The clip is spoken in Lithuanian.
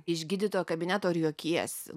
iš gydytojo kabineto ir juokiesi